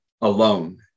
alone